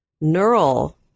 neural